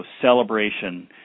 celebration